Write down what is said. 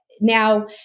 Now